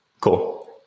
Cool